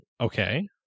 okay